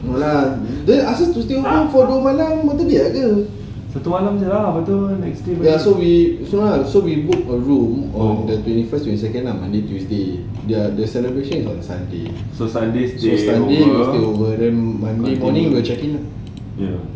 no lah then ask us to stay over for dua malam mesti dia ada ya so we so we booked a room on the twenty first twenty second monday tuesday ya the celebration is on sunday so sunday stay over then monday morning we check in